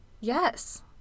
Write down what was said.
Yes